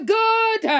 good